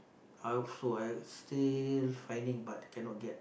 I also I still finding but cannot get